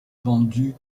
vendu